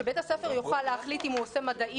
שבית הספר יוכל להחליט אם הוא עושה מדעי